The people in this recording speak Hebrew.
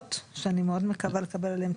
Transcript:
שאני מאוד מקווה לקבל עליהם תשובה.